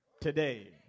today